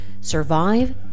survive